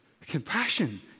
compassion